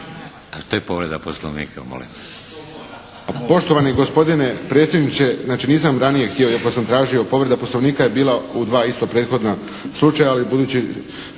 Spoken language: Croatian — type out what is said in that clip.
To je povreda Poslovnika, molim.